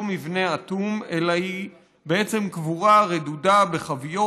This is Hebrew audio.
מבנה אטום אלא היא בעצם בקבורה רדודה בחביות,